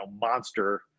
monster